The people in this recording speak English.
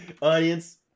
audience